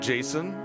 Jason